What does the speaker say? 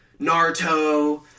Naruto